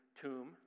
tomb